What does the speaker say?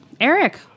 Eric